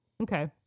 Okay